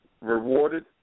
rewarded